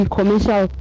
Commercial